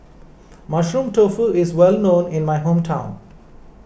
Mushroom Tofu is well known in my hometown